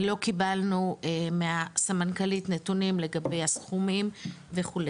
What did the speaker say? לא קיבלנו מהסמנכ"לית נתונים לגבי הסכומים וכו'.